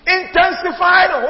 intensified